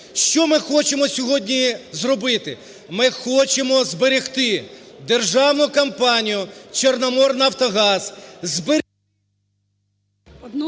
Що ми хочемо сьогодні зробити? Ми хочемо зберегти державну компанію "Чорноморнафтогаз",